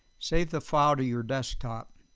save the file to your desktop.